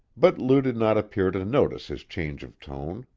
but lou did not appear to notice his change of tone.